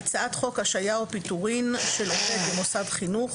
"הצעת חוק השעיה או פיטורין של עובד במוסד חינוך